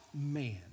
man